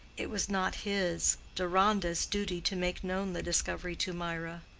it was not his deronda's duty to make known the discovery to mirah.